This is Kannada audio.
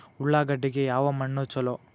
ಉಳ್ಳಾಗಡ್ಡಿಗೆ ಯಾವ ಮಣ್ಣು ಛಲೋ?